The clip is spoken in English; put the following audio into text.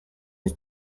its